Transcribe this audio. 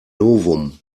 novum